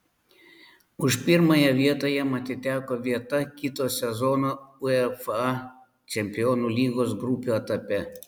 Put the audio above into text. už pirmąją vietą jam atiteko vieta kito sezono uefa čempionų lygos grupių etape